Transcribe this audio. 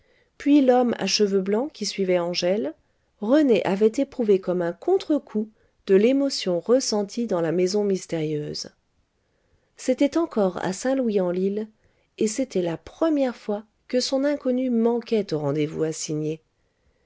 puis l'homme à cheveux blancs qui suivait angèle rené avait éprouvé comme un contre-coup de l'émotion ressentie dans la maison mystérieuse c'était encore à saint louis en lile et c'était la première fois que son inconnue manquait au rendez-vous